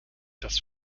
das